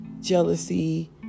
jealousy